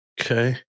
okay